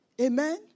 Amen